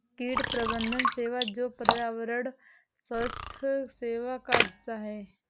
कीट प्रबंधन सेवा जो पर्यावरण स्वास्थ्य सेवा का हिस्सा है